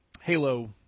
Halo